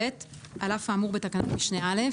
(ב) על אף האמור בתקנת משנה (א)